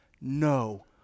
No